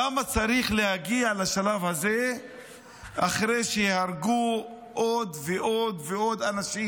למה צריך להגיע לשלב הזה אחרי שייהרגו עוד ועוד ועוד אנשים,